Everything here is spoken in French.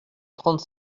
trente